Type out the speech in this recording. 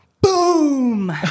Boom